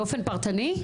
באופן פרטני?